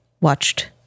watched